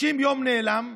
60 יום, נעלם.